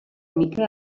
miquel